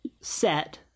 set